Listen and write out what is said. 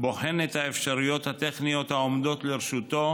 בוחן את האפשרויות הטכניות העומדות לרשותו